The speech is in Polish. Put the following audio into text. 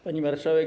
Pani Marszałek!